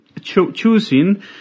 choosing